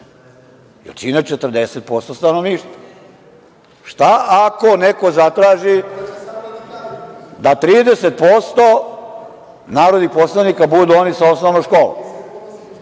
čine 40% stanovništva. Šta ako neko zatraži da 30% narodnih poslanika budu oni sa osnovnom školom